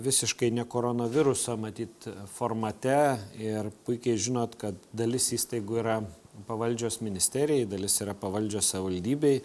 visiškai ne koronaviruso matyt formate ir puikiai žinot kad dalis įstaigų yra pavaldžios ministerijai dalis yra pavaldžios savivaldybei